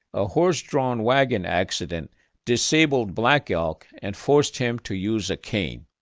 a horse-drawn wagon accident disabled black elk and forced him to use a cane.